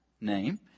name